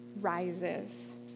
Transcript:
rises